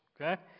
Okay